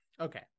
okay